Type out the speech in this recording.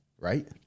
right